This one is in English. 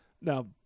Now